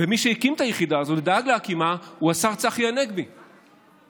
ומי שהקים את היחידה הזאת ודאג להקימה הוא השר צחי הנגבי מהליכוד,